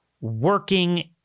working